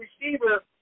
receiver